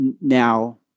now